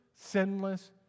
sinless